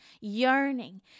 yearning